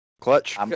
Clutch